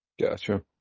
Gotcha